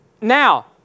Now